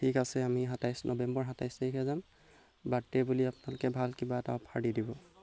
ঠিক আছে আমি সাতাইছ নৱেম্বৰৰ সাতাইছ তাৰিখে যাম বাৰ্থডে' বুলি আপোনালোকে ভাল কিবা এটা অফাৰ দি দিব